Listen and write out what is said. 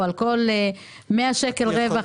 או על כל 100 שקל רווח.